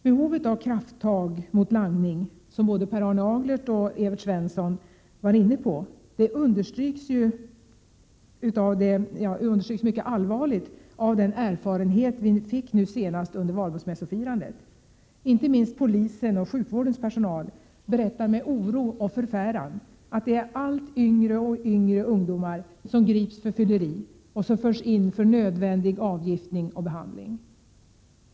Behovet av krafttag mot langning, som både Per Arne Aglert och Evert Svensson var inne på, understryks allvarligt av den erfarenhet vi fick nu senast under valborgsmässofirandet. Inte minst polisen och sjukvårdens personal berättar med oro och förfäran att det är allt yngre ungdomar som grips för fylleri och som förs in för nödvändig avgiftning och behandling.